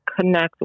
connect